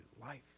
life